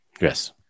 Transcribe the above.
Yes